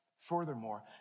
Furthermore